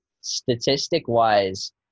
statistic-wise